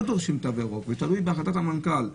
דורשים תו ירוק אלא זה תלוי בהחלטת המנכ"ל.